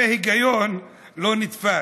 זה היגיון לא נתפס.